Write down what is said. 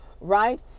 right